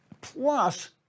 Plus